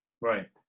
right